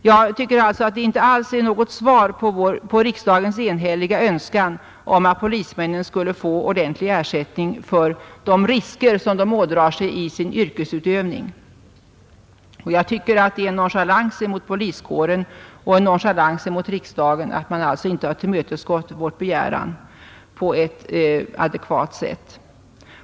Jag tycker alltså att detta inte är något svar på riksdagens enhälliga önskan om att polismännen skulle få ordentlig ersättning för de skador som de ådrar sig i sin yrkesutövning, och jag anser att det är nonchalant mot poliskåren och mot riksdagen att man inte har tillmötesgått vår begäran på ett adekvat sätt.